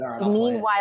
Meanwhile